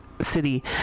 city